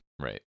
Right